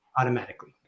automatically